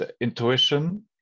intuition